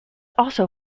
also